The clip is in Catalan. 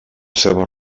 seves